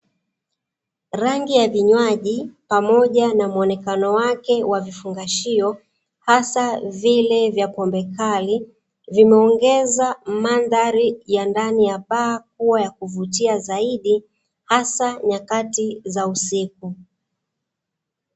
Rangi ya vinywaji pamoja na muonekano wake wa vifungashio hasa vile vya pombe kali, vimeongeza mandhari ya ndani ya baa kuwa ya kuvutia zaidi hasa nyakati za usiku.